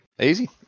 Easy